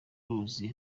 ruzi